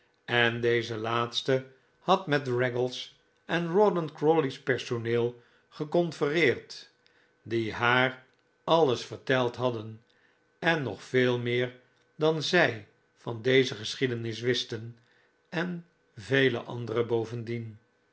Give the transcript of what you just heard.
en deze laatste had met raggles en rawdon crawley's personeel geconfereerd die haar alles verteld hadden en nog veel meer dan zij van deze geschiedenis wisten en vele andere bovendien